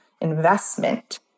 investment